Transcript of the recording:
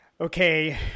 okay